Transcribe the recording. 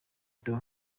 doe